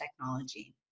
technology